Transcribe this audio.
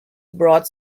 broad